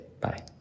Bye